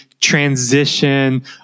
transition